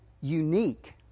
unique